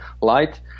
light